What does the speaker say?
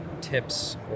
tips